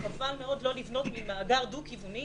חבל מאוד לא לבנות ממאגר דו-כיווני